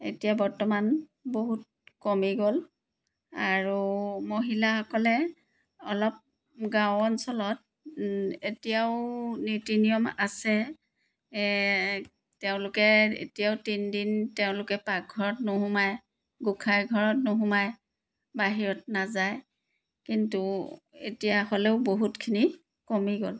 এতিয়া বৰ্তমান বহুত কমি গ'ল আৰু মহিলাসকলে অলপ গাঁও অঞ্চলত এতিয়াও নীতি নিয়ম আছে তেওঁলোকে এতিয়াও তিনিদিন তেওঁলোকে পাকঘৰত নোসোমায় গোঁসাই ঘৰত নোসোমায় বাহিৰত নাযায় কিন্তু এতিয়া হ'লেও বহুতখিনি কমি গ'ল